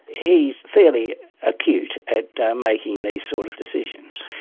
he is fairly acute at making these sort of decisions.